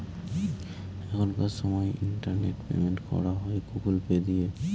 এখনকার সময় internet payment করা হয় গুগুল পে দিয়ে